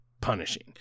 punishing